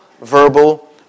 verbal